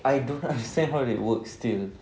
I don't understand how it works still